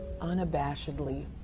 unabashedly